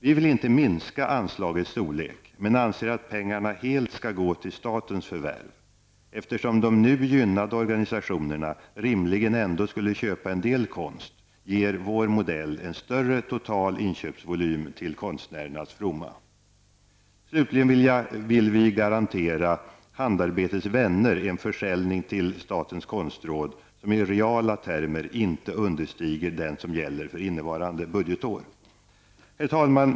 Vi vill inte minska anslagets storlek men anser att pengarna helt skall gå till statens förvärv. Eftersom de nu gynnade organisationerna rimligen ändå skulle köpa en del konst ger vår modell en större total inköpsvolym till konstnärernas fromma. Slutligen vill vi garantera Handarbetets vänner en försäljning till statens konstråd som i reala termer inte understiger den som gäller för innevarande budgetår. Herr talman!